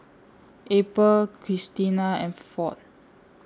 April Christena and Ford